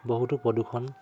বহুতো প্ৰদূষণ